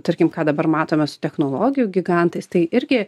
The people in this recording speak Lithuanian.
tarkim ką dabar matome su technologijų gigantais tai irgi